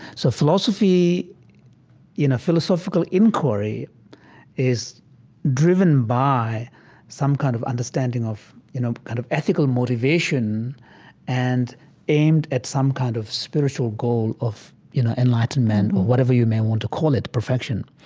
so philosophy you know, philosophical enquiry is driven by some kind of understanding of, you know, kind of ethical motivation and aimed at some kind of spiritual goal of you know enlightenment or whatever you may want to call it, perfection.